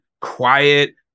quiet